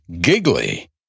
giggly